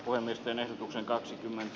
voi myös vene on kaksi